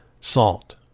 salt